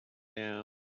now